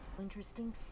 Interesting